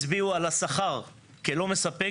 הצביעו על השכר כלא מספק,